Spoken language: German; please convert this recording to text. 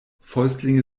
fäustlinge